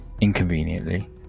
inconveniently